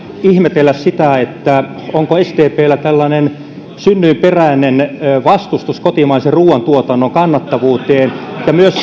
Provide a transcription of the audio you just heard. ihmetellä sitä onko sdpllä synnyinperäinen vastustus kotimaisen ruuantuotannon kannattavuutta kohtaan ja myös